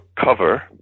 cover